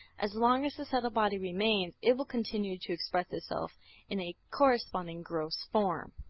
as long as the subtle body remains, it will continue to express itself in a corresponding gross form.